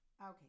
Okay